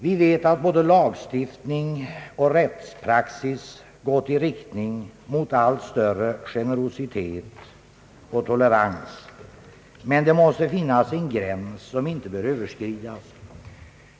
Vi vet att både lagstiftning och rättspraxis gått i riktning mot allt större generositet och tolerans. Men det måste finnas en gräns som inte bör överskridas.